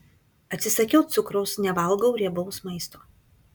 atsisakiau cukraus nevalgau riebaus maisto